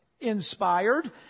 inspired